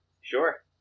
Sure